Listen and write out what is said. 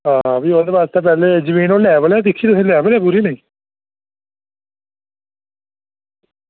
आं ओह्दे आस्तै भी जदमीन तुसें दिक्खनी नी लेवल ऐ नी